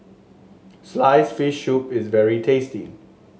slice fish soup is very tasty